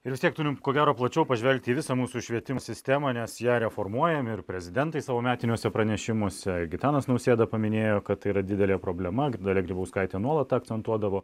ir vis tiek turim ko gero plačiau pažvelgti į visą mūsų švietim sistemą nes ją reformuojam ir prezidentai savo metiniuose pranešimuose gitanas nausėda paminėjo kad tai yra didelė problema dalia grybauskaitė nuolat tą akcentuodavo